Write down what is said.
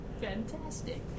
fantastic